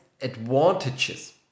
advantages